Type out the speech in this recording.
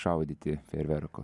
šaudyti fejerverkų